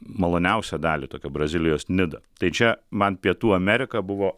maloniausią dalį tokią brazilijos nidą tai čia man pietų amerika buvo